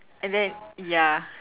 and then ya